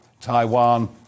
Taiwan